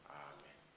amen